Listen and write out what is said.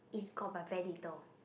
east got but very little